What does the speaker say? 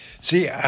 see